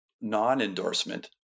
non-endorsement